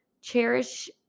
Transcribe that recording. Cherish